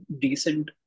decent